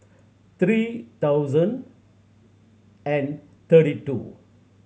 three thousand and thirty two